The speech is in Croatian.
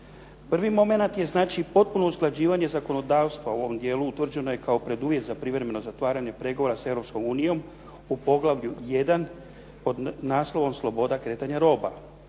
Prvi momenat je potpuno usklađivanje zakonodavstva u ovom dijelu, utvrđeno je kao preduvjet za privremeno zatvaranje pregovora sa Europskom unijom u poglavlju 1. pod naslovom Sloboda kretanja roba.